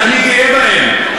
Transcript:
אז אני גאה בהם,